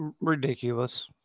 Ridiculous